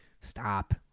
Stop